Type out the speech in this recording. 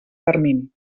termini